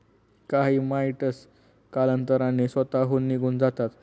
काही माइटस कालांतराने स्वतःहून निघून जातात